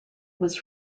was